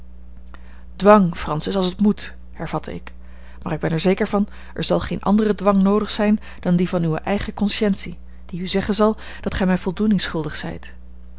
dwang francis als het moet hervatte ik maar ik ben er zeker van er zal geen andere dwang noodig zijn dan die van uwe eigene consciëntie die u zeggen zal dat gij mij voldoening schuldig zijt